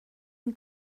ein